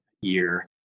year